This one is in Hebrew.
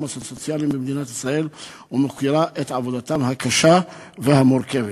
הסוציאליים במדינת ישראל ומוקירה את עבודתם הקשה והמורכבת.